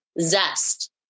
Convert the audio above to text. zest